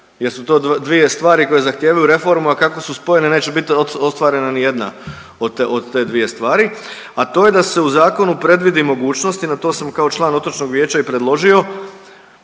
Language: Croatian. su to dvije stvari koje zahtijevaju reformu, a kako su spojene neće biti ostvarena ni jedna od te dvije stvari, a to je da su zakonu predvidi mogućnost i na to sam kao član otočnog vijeća i predložio